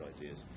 ideas